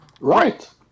Right